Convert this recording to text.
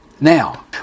Now